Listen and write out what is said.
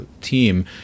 team